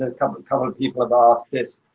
ah couple and couple of people have asked this,